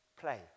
Play